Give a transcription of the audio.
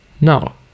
now